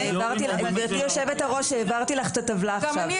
גברתי יושבת הראש, העברתי לך את הטבלה עכשיו.